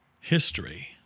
history